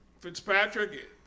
Fitzpatrick –